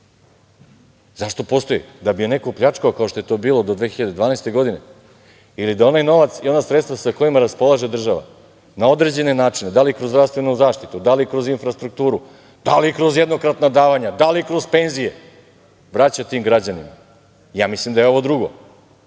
Zašto postoji? Da bi je neko pljačkao, kao što je to bilo do 2012. godine ili da onaj novac ili ona sredstava sa kojima raspolaže država na određene načine, da li kroz zdravstvenu zaštitu, da li kroz infrastrukturu, da li kroz jednokratna davanja, da li kroz penzije, vraća tim građanima. Ja mislim da je ovo drugo,